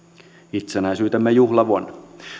itsenäisyytemme juhlavuonna